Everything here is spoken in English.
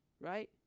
right